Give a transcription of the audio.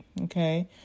Okay